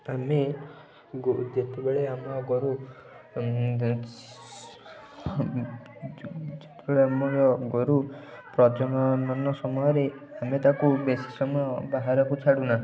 ଆମେ ଯେତେବେଳେ ଆମ ଗୋରୁ ଯେତେବେଳେ ଆମର ଗୋରୁ ପ୍ରଜନନ ସମୟରେ ଆମେ ତାକୁ ବେଶୀ ସମୟ ବାହାରକୁ ଛାଡ଼ୁନାହୁଁ